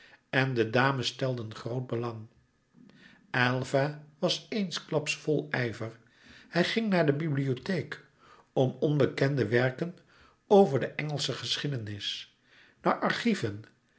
en de dames stelden groot belang aylva was eensklaps vol ijver hij ging naar den bibliotheek om onbekende werken over de engelsche geschiedenis naar archieven